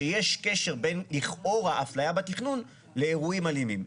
שיש קשר בין לכאורה אפליה בתכנון לאירועים אלימים.